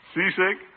Seasick